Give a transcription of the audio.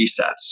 resets